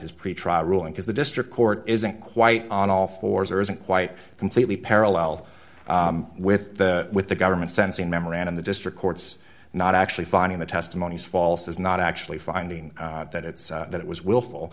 his pretrial ruling because the district court isn't quite on all fours or isn't quite completely parallel with the with the government sensing memorandum the district courts not actually finding the testimony is false is not actually finding that it's that it was will